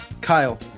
Kyle